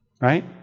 Right